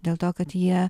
dėl to kad jie